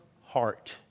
heart